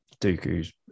dooku's